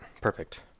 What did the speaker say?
Perfect